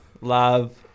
love